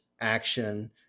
action